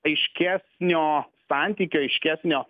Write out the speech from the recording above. aiškesnio santykio aiškesnio